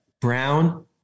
Brown